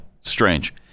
strange